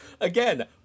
again